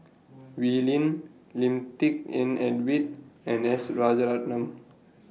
Wee Lin Lim Tik En David and S Rajaratnam